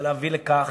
זה להביא לכך